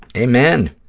amen.